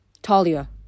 Talia